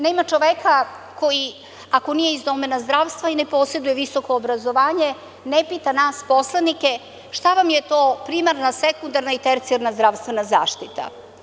Nema čoveka koji, ako nije iz domena zdravstva i ne poseduje visoko obrazovanje, ne pita nas poslanike - šta vam je to primarna, sekundarna i tercijarna zdravstvena zaštita?